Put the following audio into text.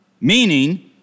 Meaning